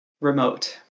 remote